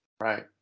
right